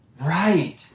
Right